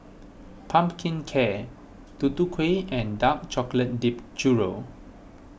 Pumpkin Cake Tutu Kueh and Dark Chocolate Dipped Churro